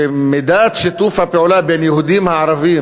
שמידת שיתוף הפעולה בין יהודים לערבים